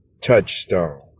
touchstone